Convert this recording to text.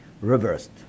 reversed